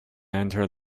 entered